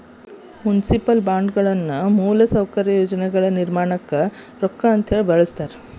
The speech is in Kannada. ಮುನ್ಸಿಪಲ್ ಬಾಂಡ್ಗಳನ್ನ ಮೂಲಸೌಕರ್ಯ ಯೋಜನೆಗಳ ನಿರ್ಮಾಣಕ್ಕ ಹಣವನ್ನ ಬಳಸ್ತಾರ